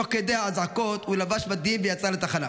תוך כדי האזעקות הוא לבש מדים ויצא לתחנה.